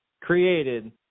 created